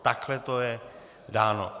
Takhle to je dáno.